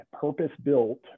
purpose-built